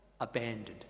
abandoned